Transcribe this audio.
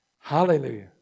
Hallelujah